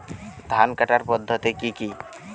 ধান কাটার পদ্ধতি কি কি?